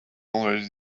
already